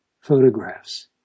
photographs